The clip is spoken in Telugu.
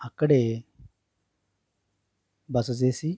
అక్కడే బస చేసి